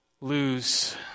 lose